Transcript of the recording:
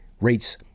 rates